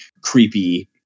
creepy